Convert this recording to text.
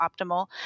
optimal